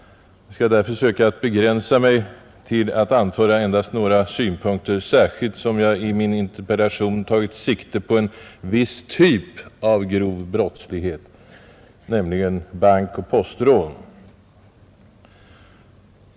Jag skall därför försöka begränsa mig till att anföra endast några synpunkter, särskilt som jag i min interpellation har främst tagit sikte på en viss typ av grov brottslighet, nämligen bankoch postrån.